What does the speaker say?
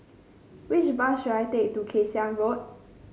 which bus should I take to Kay Siang Road